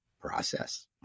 process